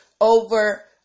over